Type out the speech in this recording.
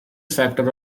factor